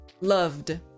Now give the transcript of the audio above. loved